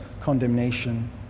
condemnation